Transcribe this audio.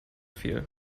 viel